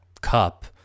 cup